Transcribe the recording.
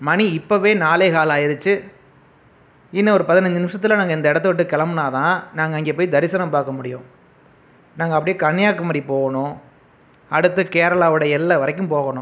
மணி இப்போவே நாலேகால் ஆயிடுச்சு இன்னும் ஒரு பதினஞ்சு நிமிசத்தில் நாங்கள் இந்த இடத்தை விட்டு கிளம்புனா தான் நாங்கள் அங்கே போய் தரிசனம் பார்க்க முடியும் நாங்கள் அப்படியே கன்னியாகுமரி போகணும் அடுத்து கேரளாவுடைய எல்லை வரைக்கும் போகணும்